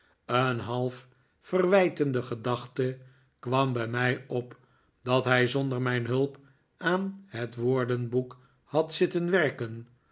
een half verwijtende gedachte kwam bij mij op dat hij zonder mijn hulp aan het woordenboek had zitten werken